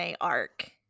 arc